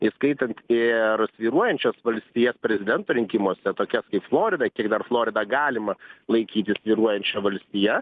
įskaitant ir svyruojančias valstijas prezidento rinkimuose tokias kaip florida kiek dar floridą galima laikyti svyruojančia valstija